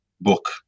book